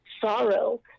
sorrow